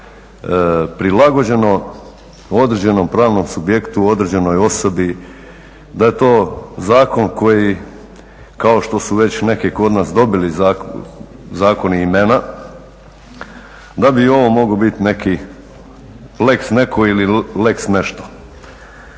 prilagođeno određenom pravnom subjektu, određenoj osobi, da je to zakon koji kao što su već neki kod nas dobili zakoni imena, da bi ovo mogao biti neki lex netko ili lex nešto.